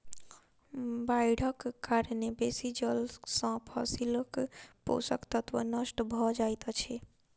बाइढ़क कारणेँ बेसी जल सॅ फसीलक पोषक तत्व नष्ट भअ जाइत अछि